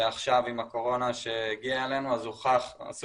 ועכשיו עם הקורונה שהגיעה אלינו עשו